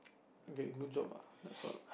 get good job ah that's all